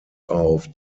auf